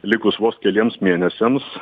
likus vos keliems mėnesiams